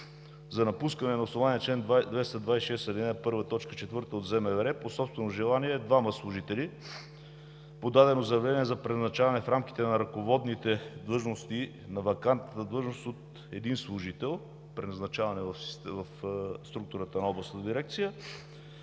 За напускане на основание чл. 226, ал. 1, т. 4 от Закона за МВР по собствено желание двама служители; подадено заявление за преназначаване в рамките на ръководните длъжности на вакантната длъжност от един служител – преназначаване в структурата на областна дирекция.